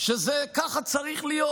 שזה ככה צריך להיות.